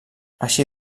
així